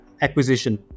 acquisition